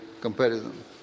comparison